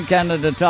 Canada